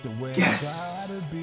yes